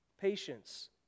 patience